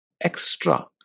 extra